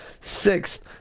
Sixth